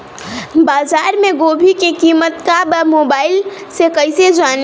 बाजार में गोभी के कीमत का बा मोबाइल से कइसे जानी?